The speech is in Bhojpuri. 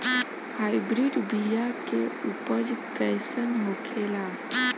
हाइब्रिड बीया के उपज कैसन होखे ला?